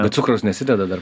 bet cukraus nesideda dar